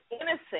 innocent